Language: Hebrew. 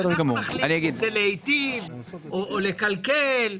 אנחנו נחליט עם זה להיטיב או לקלקל,